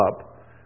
up